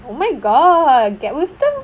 oh my god get wisdom